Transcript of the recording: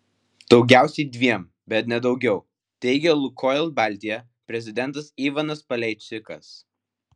daugiausiai dviem bet ne daugiau teigė lukoil baltija prezidentas ivanas paleičikas